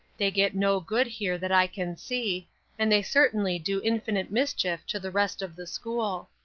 they get no good here that i can see and they certainly do infinite mischief to the rest of the school.